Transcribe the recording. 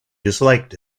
disliked